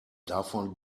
davon